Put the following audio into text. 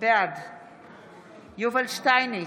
בעד יובל שטייניץ,